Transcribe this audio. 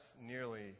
nearly